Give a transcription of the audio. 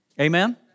Amen